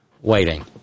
waiting